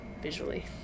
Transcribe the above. visually